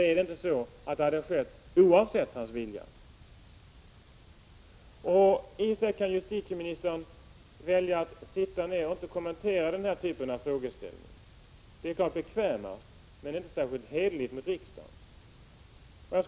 Är det inte så att det hade skett oavsett hans vilja? I och för sig kan justitieministern välja att sitta ned och inte kommentera den här typen av frågeställningar. Det är klart bekvämast, men det är inte särskilt hederligt mot riksdagen.